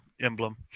emblem